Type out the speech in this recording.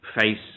face